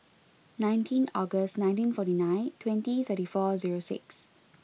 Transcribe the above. nineteen August nineteen forty nine twenty thirty four zero six